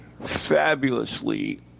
fabulously